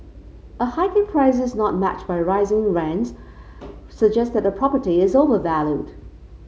a hike in prices not matched by rising rents suggests that a property is overvalued